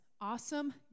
Awesome